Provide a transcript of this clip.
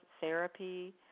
therapy